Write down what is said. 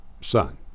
son